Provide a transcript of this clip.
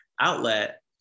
outlet